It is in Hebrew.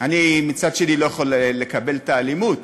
אני, מצד שני, לא יכול לקבל את האלימות.